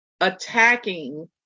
attacking